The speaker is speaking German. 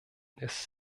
ist